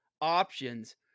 options